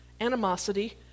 animosity